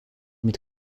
mit